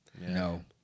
No